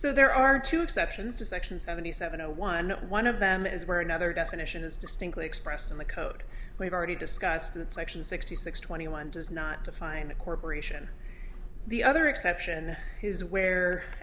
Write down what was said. so there are two exceptions to section seventy seven zero one one of them is where another definition is distinctly expressed in the code we've already discussed at section sixty six twenty one does not define a corporation the other exception is where